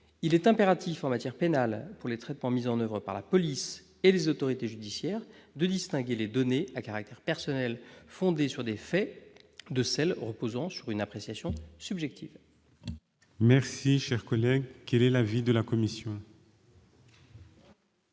Il est impératif en matière pénale, pour les traitements mis en oeuvre par la police et les autorités judiciaires, de distinguer les données à caractère personnel fondées sur des faits de celles qui reposent sur une appréciation subjective. Quel est l'avis de la commission ?